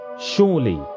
Surely